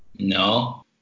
No